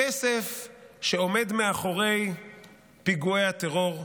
הכסף שעומד מאחורי פיגועי הטרור,